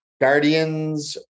Guardians